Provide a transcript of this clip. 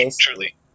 truly